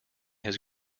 his